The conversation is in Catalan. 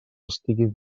estiguin